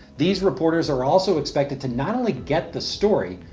these reporters are also expected to not only get the story,